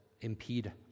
impede